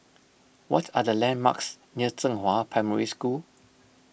what are the landmarks near Zhenghua Primary School